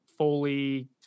fully